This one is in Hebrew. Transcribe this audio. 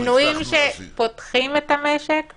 שינויים שפותחים את המשק או סוגרים את המשק?